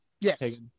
Yes